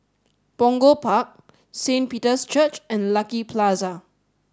Punggol Park Saint Peter's Church and Lucky Plaza